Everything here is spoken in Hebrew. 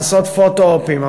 לעשות פוטו-אופים,